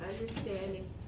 understanding